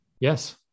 Yes